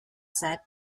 said